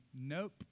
nope